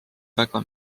väga